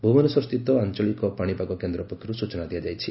ଭୁବନେଶ୍ୱରସ୍ଥିତ ଆଞଳିକ ପାଶିପାଗ କେନ୍ଦ୍ର ପକ୍ଷରୁ ସୂଚନା ଦିଆଯାଇଛି